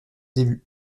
débuts